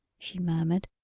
she murmured.